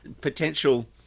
potential